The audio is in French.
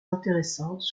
intéressantes